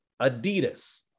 Adidas